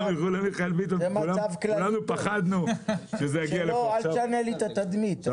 אל תשנה לי את התדמית.